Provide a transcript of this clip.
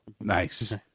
nice